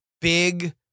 big